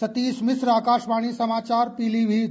सतीश मिश्र आकाशवाणी समाचार पीलीमीत